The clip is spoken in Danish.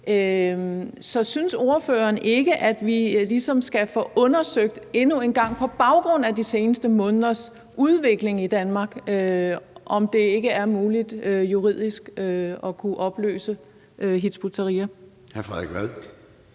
Så synes ordføreren ikke, at vi ligesom endnu en gang på baggrund af de seneste måneders udvikling i Danmark skal få undersøgt, om det ikke er muligt juridisk at kunne opløse Hizb ut-Tahrir?